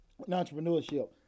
entrepreneurship